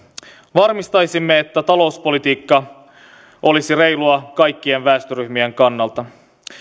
varmistaisimme että talouspolitiikka olisi reilua kaikkien väestöryhmien kannalta